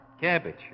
Cabbage